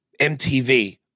MTV